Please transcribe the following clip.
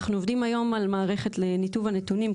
אנחנו עובדים היום על מערכת לניתוב הנתונים,